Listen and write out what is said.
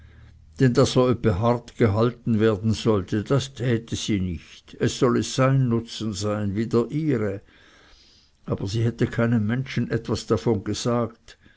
denn daß er öppe hart gehalten werden sollte das täte sie nicht es solle sein nutzen sein wie der ihre aber sie hätte keinem menschen etwas davon gesagt